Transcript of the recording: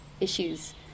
issues